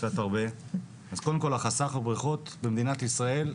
אז קודם כל החסך בבריכות במדינת ישראל,